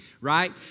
right